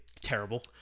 terrible